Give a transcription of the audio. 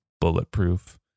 bulletproof